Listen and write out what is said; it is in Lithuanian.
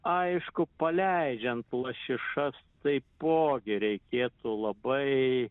aišku paleidžiant lašišas taipogi reikėtų labai